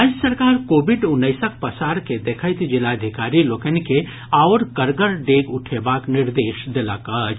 राज्य सरकार कोविड उन्नैसक पसार के देखैत जिलाधिकारी लोकनि के आओर कड़गर डेग उठेबाक निर्देश देलक अछि